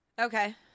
Okay